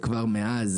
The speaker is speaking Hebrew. כבר מאז,